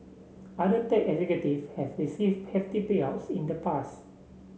other tech executive have receive hefty payouts in the past